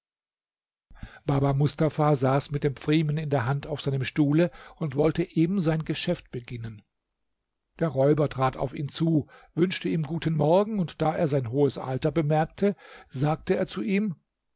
baba mustafa saß mit dem pfriemen in der hand auf seinem stuhle und wollte eben sein geschäft beginnen der räuber trat auf ihn zu wünschte ihm guten morgen und da er sein hohes alter bemerkte sagte er zu ihm